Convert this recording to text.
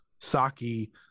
Saki